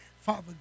Father